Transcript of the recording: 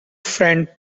friend